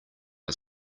are